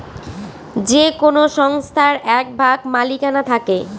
যে কোনো সংস্থার এক ভাগ মালিকানা থাকে